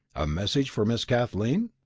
a message for miss kathleen?